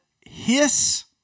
Hiss